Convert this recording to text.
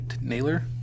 Nailer